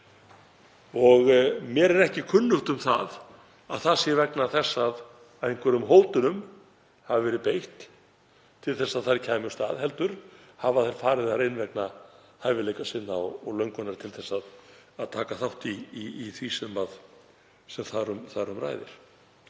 Mér er ekki kunnugt um að það sé vegna þess að einhverjum hótunum hafi verið beitt til þess að þær kæmust að heldur hafa þær farið þar inn vegna hæfileika sinna og löngunar til að taka þátt í því sem þar um ræðir.